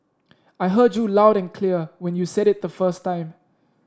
I heard you loud and clear when you said it the first time